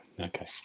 okay